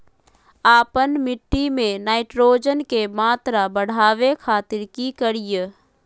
आपन मिट्टी में नाइट्रोजन के मात्रा बढ़ावे खातिर की करिय?